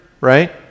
right